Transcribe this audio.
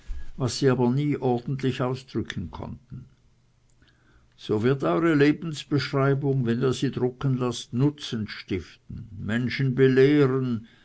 was sie aber nie ordentlich ausdrücken konnten so wird eure lebensbeschreibung wenn ihr sie drucken laßt nutzen stiften menschen belehren